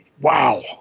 Wow